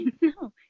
No